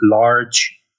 large